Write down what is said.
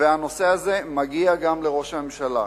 והנושא הזה מגיע גם לראש הממשלה,